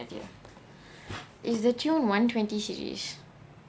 it's the tune one twenty series